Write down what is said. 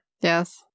Yes